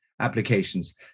applications